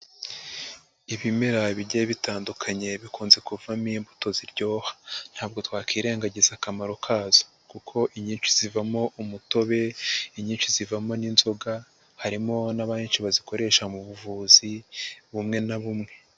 Ibimera bigiye bitandukanye bikunze kuvamo imbuto ziryoha. Ntabwo twakwingagiza akamaro kazo kuko inyinshi zivamo umutobe, inyinshi zivamo n'inzoga, harimo n'abenshi bazikoresha mu buvuzi, bumwe na bumwe.